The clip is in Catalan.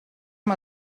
amb